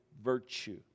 virtue